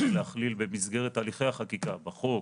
להכליל במסגרת תהליכי החקיקה - בחוק,